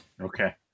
Okay